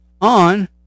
On